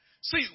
See